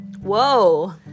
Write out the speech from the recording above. Whoa